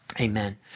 Amen